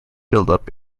buildup